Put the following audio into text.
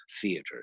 theater